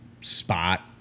spot